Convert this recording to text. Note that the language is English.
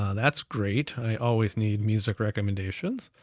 ah that's great. i always need music recommendations.